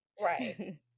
Right